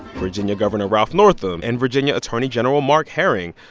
virginia governor ralph northam and virginia attorney general mark herring,